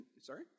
Sorry